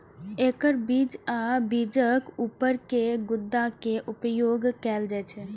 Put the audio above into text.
एकर बीज आ बीजक ऊपर के गुद्दा के उपयोग कैल जाइ छै